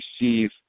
receive